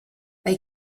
they